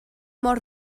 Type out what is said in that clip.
mor